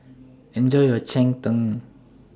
Enjoy your Cheng Tng